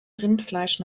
rindfleisch